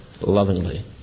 lovingly